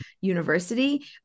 university